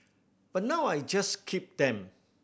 but now I just keep them